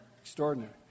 extraordinary